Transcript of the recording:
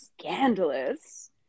Scandalous